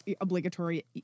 obligatory